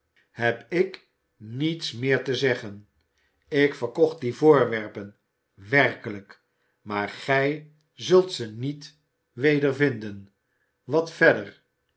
heb ik niets meer te zeggen ik verkocht die voorwerpen werkelijk maar gij zult ze niet wedervinden wat verder